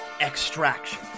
Extraction